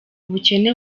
ubukene